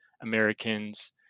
americans